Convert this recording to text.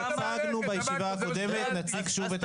אז הצגנו בישיבה הקודמת, נציג שוב את המצגת.